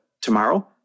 tomorrow